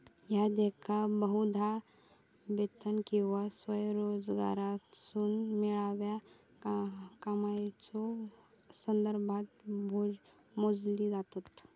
ह्या देयका बहुधा वेतन किंवा स्वयंरोजगारातसून मिळणाऱ्या कमाईच्यो संदर्भात मोजली जातत